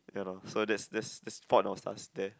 ya loh so that's that's that's fault in our stars there